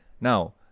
now